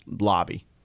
lobby